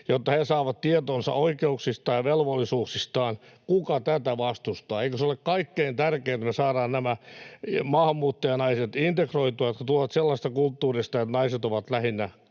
jotta he saavat tietoa oikeuksistaan ja velvollisuuksistaan. Kuka tätä vastustaa? Eikö se ole kaikkein tärkeintä, että me saadaan integroitua nämä maahanmuuttajanaiset, jotka tulevat sellaisesta kulttuurista, että naiset ovat lähinnä